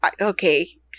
okay